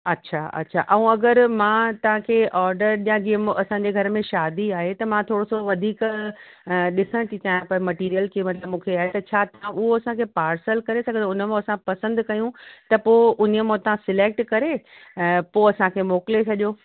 अछा अछा ऐं अगरि मां तव्हांखे ऑर्डर ॾियां जीअं मों असांजे घर में शादी आहे त मां थोरो सो वधीक ॾिसणु थी चाहियां प मटीरियल की मतिलबु मूंखे छा छा उहो असांखे पार्सल करे सघंदव उन मां असां पसंदि कयूं त पोइ उन्हीअ मां तव्हां सिलेक्ट करे ऐं पोइ असांखे मोकिले छॾियो